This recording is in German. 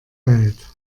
welt